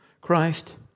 Christ